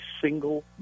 single